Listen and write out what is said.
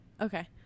Okay